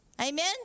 Amen